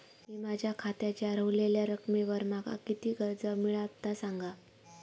मी माझ्या खात्याच्या ऱ्हवलेल्या रकमेवर माका किती कर्ज मिळात ता सांगा?